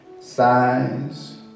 signs